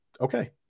okay